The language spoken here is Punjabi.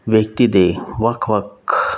ਵਿਅਕਤੀ ਦੇ ਵੱਖ ਵੱਖ